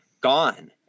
gone